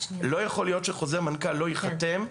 לא יכול להיות שחוזר מנכ"ל לא ייחתם.